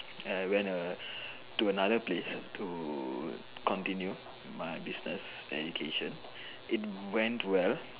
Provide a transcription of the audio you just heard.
and I went uh to another place to continue my business education it went well